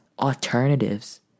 alternatives